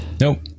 Nope